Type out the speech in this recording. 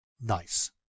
nice